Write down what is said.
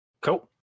Cool